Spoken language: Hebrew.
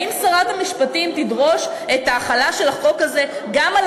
האם שרת המשפטים תדרוש את ההחלה של החוק הזה גם על